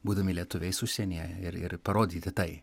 būdami lietuviais užsienyje ir ir parodyti tai